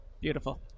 Beautiful